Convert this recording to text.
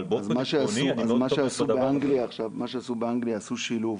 מה שעשו באנגליה עכשיו, עשו שילוב.